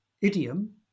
idiom